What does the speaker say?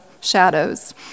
shadows